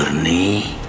me